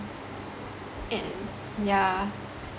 and yeah